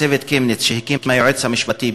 צוות קמיניץ שהקים היועץ המשפטי,